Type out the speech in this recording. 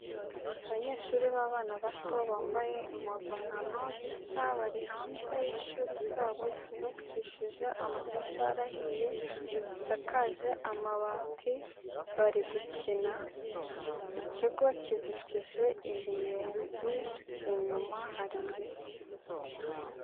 Abanyeshuri b'abana bato bambaye impuzankano zisa bari hanze y'ishuri ryabo ryubakishije amatafari ahiye, bisakaje amabati bari gukina ikigo kizitije imiyenzi, inyuma hari ibiti.